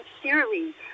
sincerely